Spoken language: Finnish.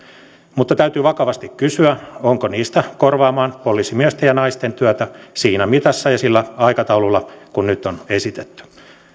mutta täytyy vakavasti kysyä onko niistä korvaamaan poliisimiesten ja naisten työtä siinä mitassa ja sillä aikataululla kuin nyt on esitetty